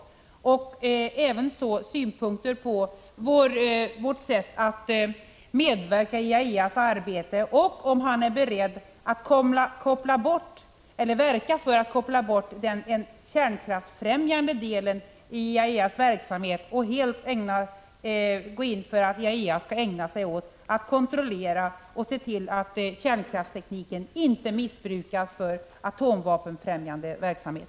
Jag vill dessutom höra hans synpunkt på vårt sätt att medverka i IAEA:s arbete och om han är beredd att verka för att den kärnkraftsfrämjande delen av IAEA:s verksamhet kopplas bort så att IAEA enbart ägnar sig åt att kontrollera att kärnkraftstekniken inte missbrukas för atomvapenfrämjande verksamhet.